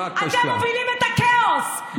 אתם מובילים את הכאוס.